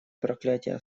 проклятия